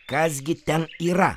kas gi ten yra